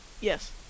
Yes